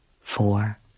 four